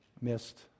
missed